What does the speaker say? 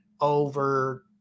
over